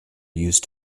used